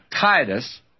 Titus